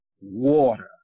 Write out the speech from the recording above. Water